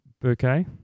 bouquet